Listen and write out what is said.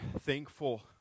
thankful